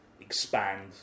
expand